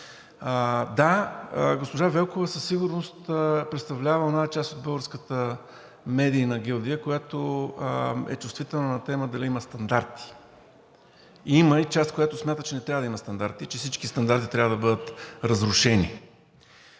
Да, госпожа Велкова със сигурност представлява онази част от българската медийна гилдия, която е чувствителна на тема дали има стандарт. Има и част, която смята, че не трябва да има стандарти и че всички стандарти трябва да бъдат разрушени.